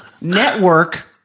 network